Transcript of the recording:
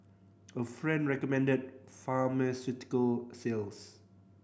a friend recommended pharmaceutical sales